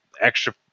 extra